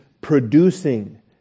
producing